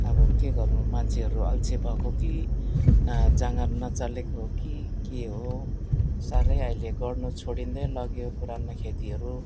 अब के गर्नु मान्छेहरू अल्छे भएको कि न जाँगर नचलेको हो कि के हो हो साह्रै अहिले गर्नु छोडिँदै लग्यो पुरानो खेतीहरू